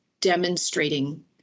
demonstrating